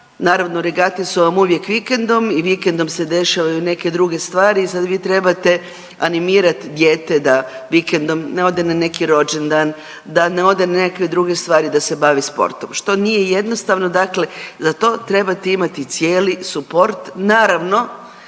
naravno regate su vam uvijek vikendom i vikendom se dešavaju neke druge stvari i sad vi trebate animirat dijete da vikendom ne ode na neki rođendan, da ne ode na neke druge stvari da se bavi sportom što nije jednostavno. Dakle, za to trebate imati cijeli suport, naravno